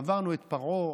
עברנו את פרעה,